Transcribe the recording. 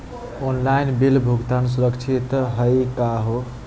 Online bill भुगतान सुरक्षित हई का हो?